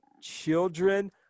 children